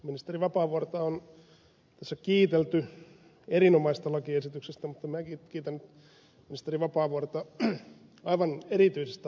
ministeri vapaavuorta on tässä kiitelty erinomaisesta lakiesityksestä mutta minäkin kiitän ministeri vapaavuorta aivan erityisestä asiasta